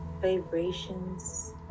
vibrations